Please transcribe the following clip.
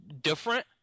different